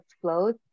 flows